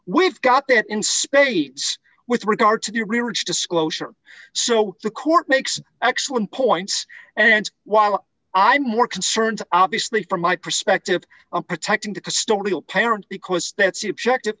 we've got that in spades with regard to your marriage disclosure so the court makes excellent points and while i'm more concerned obviously from my perspective i'm protecting the custodial parent because that's the objective